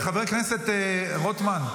חבר הכנסת רוטמן,